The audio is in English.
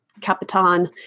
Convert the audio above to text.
Capitan